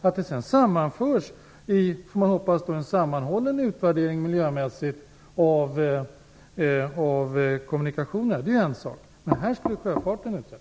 Att det sedan sammanförs i en sammanhållen utvärdering miljömässigt av kommunikationerna är en sak. Men här skall sjöfarten utredas.